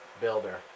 builder